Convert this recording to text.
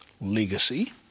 legacy